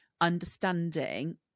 understanding